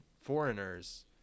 foreigners